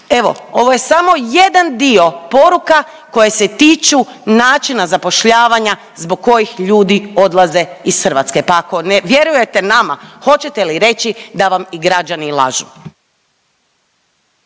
Evo, ovo je samo jedan dio poruka koje se tiču načina zapošljavanja zbog kojih ljudi odlaze iz Hrvatske, pa ako ne vjerujete nama hoćete li reći da vam i građani lažu.